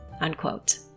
unquote